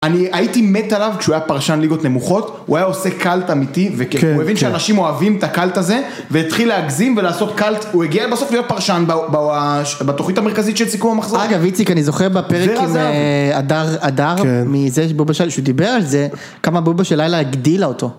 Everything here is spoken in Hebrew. אני, הייתי מת עליו כשהוא היה פרשן ליגות נמוכות, הוא היה עושה קאלט אמיתי, והוא הבין שאנשים אוהבים את הקאלט הזה, והתחיל להגזים ולעשות קאלט, הוא הגיע בסוף להיות פרשן בתוכנית המרכזית של סיכום המחזור. אגב, איציק, אני זוכר בפרק עם אדר, אדר, מזה שבובה של... שהוא דיבר על זה, כמה בובה של לילה הגדילה אותו.